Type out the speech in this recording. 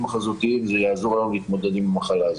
החזותיים זה יעזור לנו להתמודד עם המחלה הזאת.